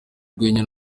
urwenya